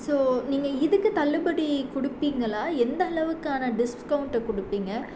so நீங்கள் இதுக்கு தள்ளுபடி கொடுப்பிங்களா எந்த அளவுக்கான டிஸ்கவுண்ட்டு கொடுப்பிங்க